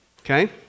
Okay